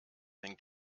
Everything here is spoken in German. den